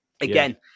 again